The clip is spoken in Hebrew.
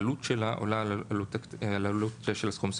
העלות שלה עולה על העלות של הסכום.